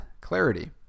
Clarity